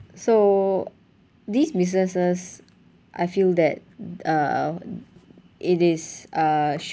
so these businesses I feel that uh it is uh sh~